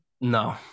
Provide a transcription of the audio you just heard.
no